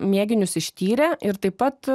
mėginius ištyrė ir taip pat